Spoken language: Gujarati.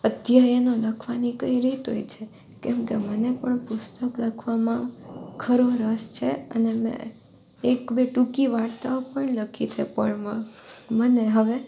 અધ્યાયનો લખવાની કઈ રીત હોય છે કેમ કે મને પણ પુસ્તક લખવામાં ખરો રસ છે અને મે એક બે ટૂંકી વાર્તાઓ પણ લખી છે પળમાં મને હવે